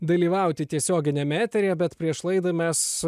dalyvauti tiesioginiame eteryje bet prieš laidą mes